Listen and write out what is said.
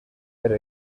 per